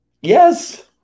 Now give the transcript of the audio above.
Yes